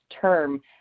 term